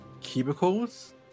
cubicles